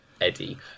Eddie